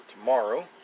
tomorrow